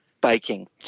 baking